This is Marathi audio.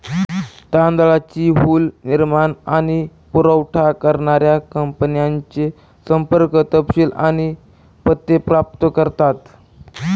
तांदळाची हुल निर्माण आणि पुरावठा करणाऱ्या कंपन्यांचे संपर्क तपशील आणि पत्ते प्राप्त करतात